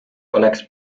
oleks